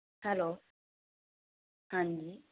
hello ਹਾਂਜੀ